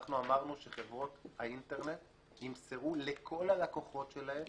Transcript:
אנחנו אמרנו שחברות האינטרנט ימסרו לכל הלקוחות שלהן,